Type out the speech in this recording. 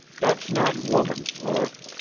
that's not woman's work.